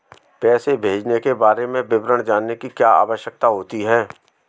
पैसे भेजने के बारे में विवरण जानने की क्या आवश्यकता होती है?